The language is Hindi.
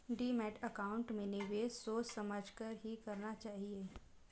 डीमैट अकाउंट में निवेश सोच समझ कर ही करना चाहिए